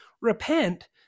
repent